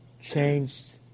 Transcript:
changed